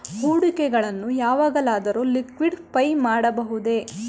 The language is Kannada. ಹೂಡಿಕೆಗಳನ್ನು ಯಾವಾಗಲಾದರೂ ಲಿಕ್ವಿಡಿಫೈ ಮಾಡಬಹುದೇ?